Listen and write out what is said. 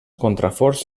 contraforts